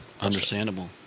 Understandable